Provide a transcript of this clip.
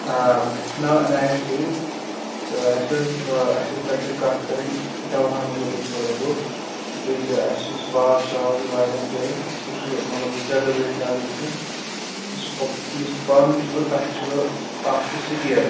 آ اَسہِ چھُ ناو عنایت سعید تہٕ اَسہِ أسۍ ہُو اَسہِ ٲسۍ تۄہہِ سۭتۍ کتھ کرٕنۍ دوہَن مُتعلِق تھوڑا بہت تِکیٛازِ اَسہِ یُس باغ چھُ از واریاہن جاین سُہ چھُ مظلب زٕترٛےٚ دۄہ گٔے اَسہِ از وُچھان یُس پپ یُس پَن چھُ تَتھ چھُ اکھ چھُس سِکیب